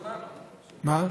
אורי,